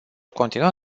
continua